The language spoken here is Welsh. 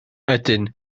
ydyn